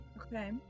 Okay